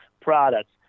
products